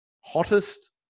hottest